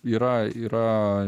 yra yra